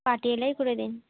পাটিয়ালাই করে দিন